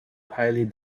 highly